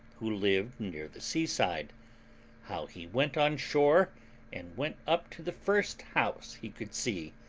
who lived near the seaside how he went on shore and went up to the first house he could see,